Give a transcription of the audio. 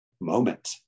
moment